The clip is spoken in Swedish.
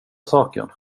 saken